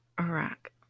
Iraq